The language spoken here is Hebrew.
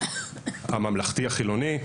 הממלכתי החילוני,